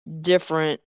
different